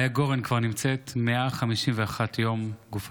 גופתה של מיה גורן כבר נמצאת 151 יום